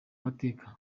mateka